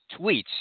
tweets